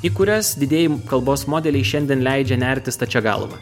į kurias didieji kalbos modeliai šiandien leidžia nerti stačia galva